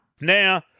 Now –